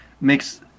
makes